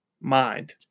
mind